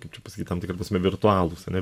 kaip čia pasakyt tam tikra prasme virtualūs ane